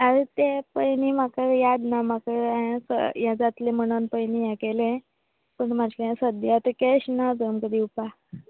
आल पेप पयलीं म्हाका याद ना म्हाका हें जातलें म्हणून पयलीं हें केलें पूण सद्या म्हाजे कडेन केश ना तुमकां दिवपाक